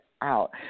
out